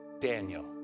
Daniel